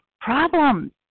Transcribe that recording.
problems